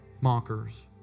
Mockers